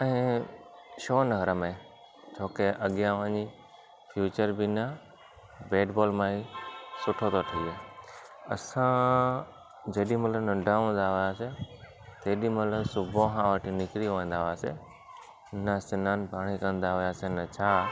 ऐं छो न रमे छोके अॻियां वञी फ़्यूचर बि हिन बेट बॉल मां ई सुठो थो थिए असां जेॾी महिल नंढा हूंदा हुआसीं तेॾी महिल सुॿुह खां वठी निकिरी वेंदा हुआसीं न सनानु पाणी कंदा वियासीं न छा